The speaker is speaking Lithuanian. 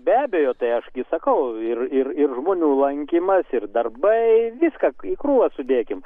be abejo tai aš gi sakau ir ir ir žmonių lankymas ir darbai viską į krūvą sudėkim